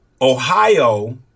Ohio